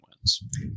wins